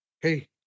Hey